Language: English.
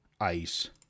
Ice